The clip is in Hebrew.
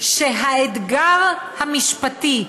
שהאתגר המשפטי,